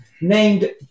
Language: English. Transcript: named